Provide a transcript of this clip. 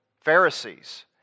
Pharisees